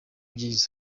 byiza